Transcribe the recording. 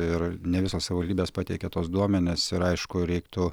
ir ne visos savivaldybės pateikė tuos duomenis ir aišku reiktų